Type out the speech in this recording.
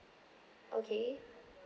okay